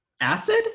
acid